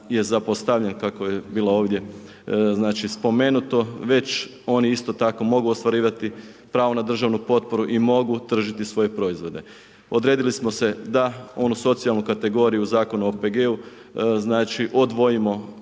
je zapostavljen kako je bilo ovdje spomenuto već oni isti tako mogu ostvarivati pravo na državnu potporu i mogu tržiti svoje proizvode. Odredili smo se da onu socijalnu kategoriju Zakon o OPG-u znači odvojimo